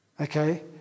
Okay